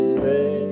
say